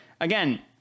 again